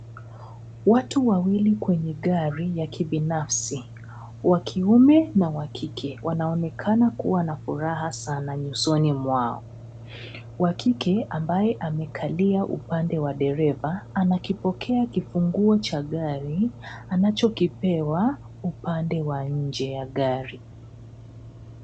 Watu wawili kwenye gari ya kibinafsi, wa kiume na wa kike, wakionekana kuwa na furaha sana nyusoni mwao. Wa kike, ambaye amekalia upande wa dereva, anakipokea kifunguo cha gari anachokipewa upande wa nje wa gari.